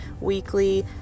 weekly